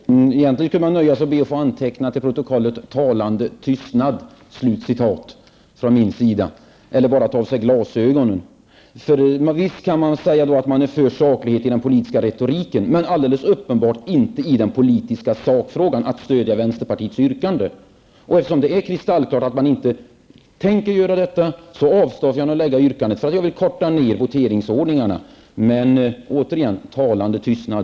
Fru talman! Egentligen skulle jag kunna nöja mig med att be att få antecknat till protokollet: ''Talande tystnad''. Eller också skulle det kanske räcka med att ta av sig glasögonen. Visst kan man säga att man är för saklighet i den politiska retoriken, men man är det alldeles uppenbart inte i de politiska sakfrågorna, t.ex. när det gäller att stödja vänsterpartiets yrkande. Eftersom det är kristallklart att man inte tänker göra det avstår jag från att ställa det yrkandet, för att korta ned voteringsordningen. Men min kommentar är återigen: Talande tystnad.